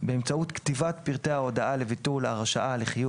באמצעות כתיבת פרטי ההודעה לביטול הרשאה לחיוב